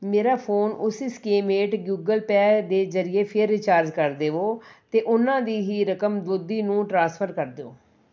ਮੇਰਾ ਫੋਨ ਉਸੀ ਸਕੀਮ ਹੇਠ ਗੁਗਲ ਪੈ ਦੇ ਜਰੀਏ ਫਿਰ ਰਿਚਾਰਜ ਕਰ ਦੇਵੋ ਅਤੇ ਉਨ੍ਹਾਂ ਦੀ ਹੀ ਰਕਮ ਦੋਧੀ ਨੂੰ ਟ੍ਰਾਂਸਫਰ ਕਰ ਦਿਓ